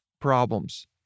problems